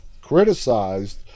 criticized